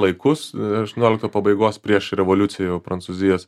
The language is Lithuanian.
laikus aštuonioliktų pabaigos prieš revoliuciją jau prancūzijos